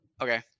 okay